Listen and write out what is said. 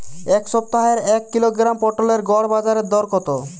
এ সপ্তাহের এক কিলোগ্রাম পটলের গড় বাজারে দর কত?